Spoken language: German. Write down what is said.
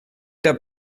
der